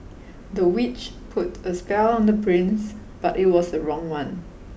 the witch put a spell on the prince but it was the wrong one